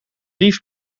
dief